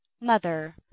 mother